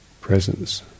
presence